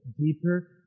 deeper